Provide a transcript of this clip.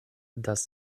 das